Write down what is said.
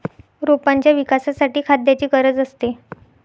रोपांच्या विकासासाठी खाद्याची गरज असते